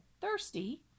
Thirsty